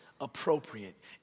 appropriate